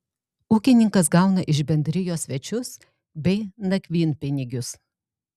ūkininkas gauna iš bendrijos svečius bei nakvynpinigius